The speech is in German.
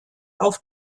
auf